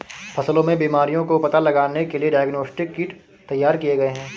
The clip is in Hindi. फसलों में बीमारियों का पता लगाने के लिए डायग्नोस्टिक किट तैयार किए गए हैं